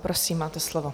Prosím, máte slovo.